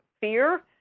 fear